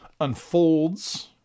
unfolds